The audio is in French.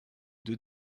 deux